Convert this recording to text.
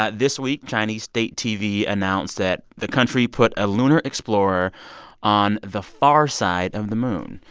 ah this week, chinese state tv announced that the country put a lunar explorer on the far side of the moon.